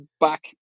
Back